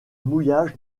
mouillage